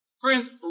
Friends